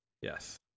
Yes